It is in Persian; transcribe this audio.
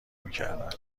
میکردن